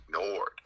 ignored